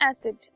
acid